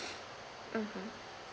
mmhmm